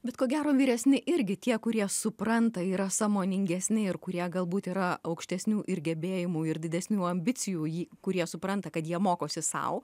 bet ko gero vyresni irgi tie kurie supranta yra sąmoningesni ir kurie galbūt yra aukštesnių ir gebėjimų ir didesnių ambicijų jį kurie supranta kad jie mokosi sau